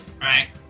right